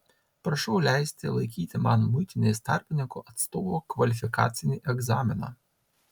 prašau leisti laikyti man muitinės tarpininko atstovo kvalifikacinį egzaminą